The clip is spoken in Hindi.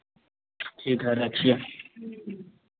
ठीक है रखिए